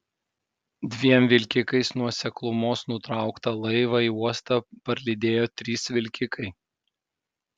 dviem vilkikais nuo seklumos nutrauktą laivą į uostą parlydėjo trys vilkikai